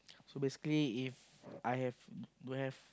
so basically if I have don't have